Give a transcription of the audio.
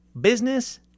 business